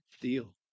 deal